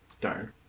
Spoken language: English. darn